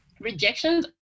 rejections